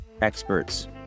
experts